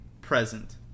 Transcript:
present